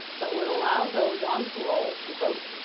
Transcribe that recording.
but would allow those on parole to vote.